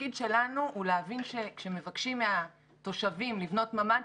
התפקיד שלנו הוא להבין שכשמבקשים מהתושבים לבנות ממ"ד,